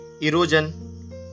erosion